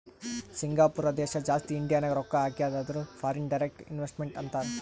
Singapore ದೇಶ ಜಾಸ್ತಿ ಇಂಡಿಯಾನಾಗ್ ರೊಕ್ಕಾ ಹಾಕ್ಯಾದ ಅಂದುರ್ ಫಾರಿನ್ ಡೈರೆಕ್ಟ್ ಇನ್ವೆಸ್ಟ್ಮೆಂಟ್ ಅಂತಾರ್